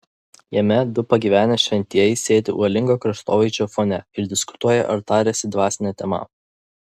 jame du pagyvenę šventieji sėdi uolingo kraštovaizdžio fone ir diskutuoja ar tariasi dvasine tema